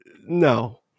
No